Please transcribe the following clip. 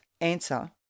answer